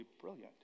brilliant